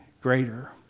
greater